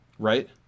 Right